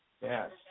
Yes